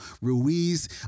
Ruiz